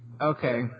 Okay